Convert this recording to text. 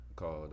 called